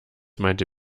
meinte